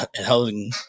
holding